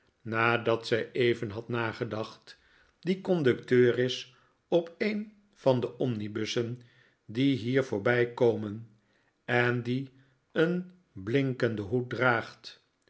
nadat zij even had nagedacht die conducteur is op een van de omnibiissen die hier voorbijkomen en die een blinkenden hoed draagt